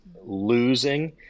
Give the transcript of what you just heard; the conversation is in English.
losing